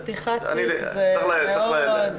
צריך להבין.